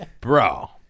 bro